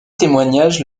témoignages